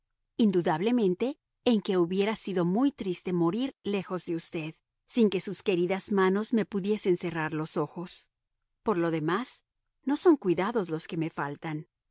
indudablemente en que hubiera sido muy triste morir lejos de usted sin que sus queridas manos me pudiesen cerrar los ojos por lo demás no son cuidados los que me faltan